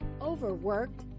Overworked